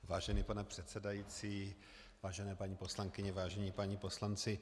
Vážený pane předsedající, vážené paní poslankyně, vážení páni poslanci.